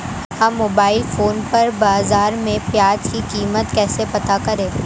हम mobile phone पर बाज़ार में प्याज़ की कीमत कैसे पता करें?